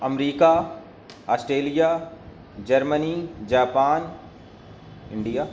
America Australia Germany Japan India